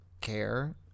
care